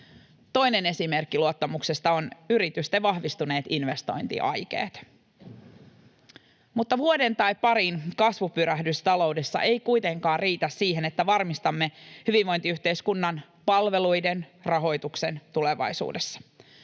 Toinen esimerkki luottamuksesta ovat yritysten vahvistuneet investointiaikeet. Mutta vuoden tai parin kasvupyrähdys taloudessa ei kuitenkaan riitä siihen, että varmistamme hyvinvointiyhteiskunnan palveluiden rahoituksen tulevaisuudessa.